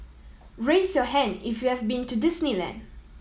raise your hand if you have been to Disneyland